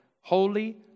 holy